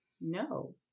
No